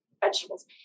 vegetables